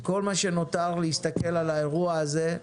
כל מה שנותר הוא להסתכל על האירוע הזה,